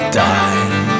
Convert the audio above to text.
die